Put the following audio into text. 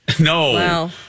No